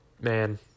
man